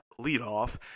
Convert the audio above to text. leadoff